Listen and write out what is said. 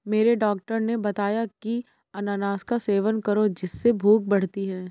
मेरे डॉक्टर ने बताया की अनानास का सेवन करो जिससे भूख बढ़ती है